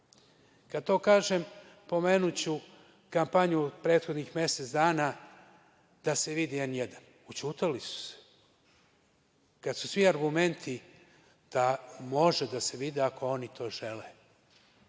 to kažem, pomenuću kampanju prethodnih mesec dana da se vidi N1. Ućutali su se, kad su svi argumenti da može da se vide ako oni to žele.